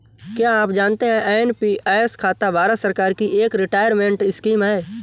क्या आप जानते है एन.पी.एस खाता भारत सरकार की एक रिटायरमेंट स्कीम है?